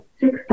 six